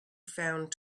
found